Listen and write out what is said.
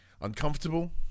uncomfortable